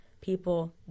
people